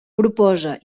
proposa